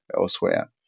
elsewhere